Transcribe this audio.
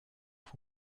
will